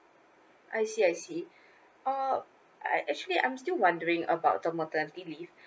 I see I see oh I actually I'm still wondering about the maternity leave